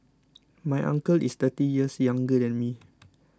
my uncle is thirty years younger than me